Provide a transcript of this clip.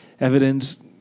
evidence